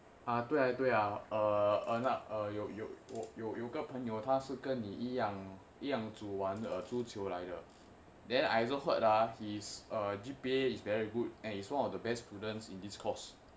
啊对对啊哦哦那呃有有我有有个朋友他是跟你一样一样组完的足球来的:a dui dui a o o na eai you you wo you you ge peng you ta shi gen ni yi yang yi yang zu wankuan de zuju qiu lai de then I also heard ah his uh G_P_A is very good and he's one of the best students in this course